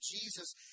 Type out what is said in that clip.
Jesus